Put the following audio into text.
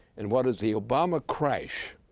and what is the obama crash,